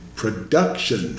production